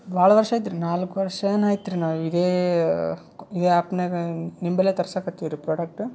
ಭಾಳ ವರ್ಷ ಆಯ್ತು ರೀ ನಾಲ್ಕು ವರ್ಷ ಏನು ಆಯ್ತು ರೀ ನಾವು ಇದೇ ಇದೇ ಆ್ಯಪ್ನಾಗ ನಿಮ್ಮಲ್ಲೇ ತರ್ಸಕತ್ತೀವಿ ರೀ ಪ್ರಾಡಕ್ಟ